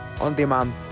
on-demand